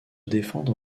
défendre